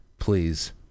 Please